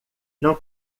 não